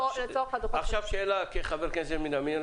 עכשיו שאלה כחבר כנסת מן המניין,